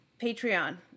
Patreon